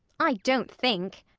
i don't think.